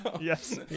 Yes